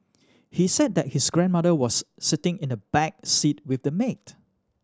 he said that his grandmother was sitting in the back seat with the maid